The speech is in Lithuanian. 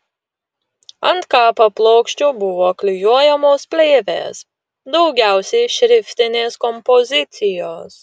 ant kapa plokščių buvo klijuojamos plėvės daugiausiai šriftinės kompozicijos